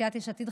סיעת יש עתיד,